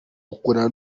ukundana